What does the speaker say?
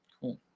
Cool